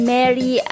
Mary